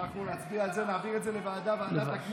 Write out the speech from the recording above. אנחנו נצביע על זה להעביר את זה לוועדת הכנסת,